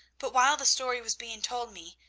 but while the story was being told me,